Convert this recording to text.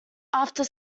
after